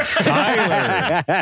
Tyler